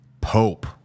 pope